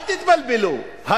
אל תתבלבלו,